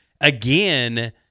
again